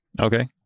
Okay